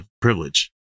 privilege